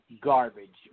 garbage